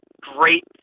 great